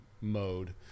mode